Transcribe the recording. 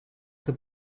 que